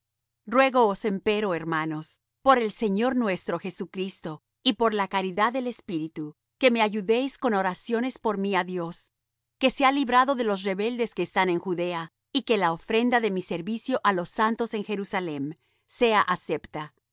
de cristo ruégoos empero hermanos por el señor nuestro jesucristo y por la caridad del espíritu que me ayudéis con oraciones por mí á dios que sea librado de los rebeldes que están en judea y que la ofrenda de mi servicio á los santos en jerusalem sea acepta